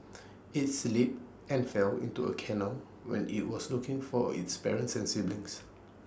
IT slipped and fell into A canal when IT was looking for its parents and siblings